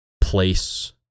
place